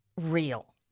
real